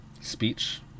speech